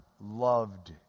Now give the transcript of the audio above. loved